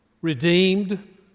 redeemed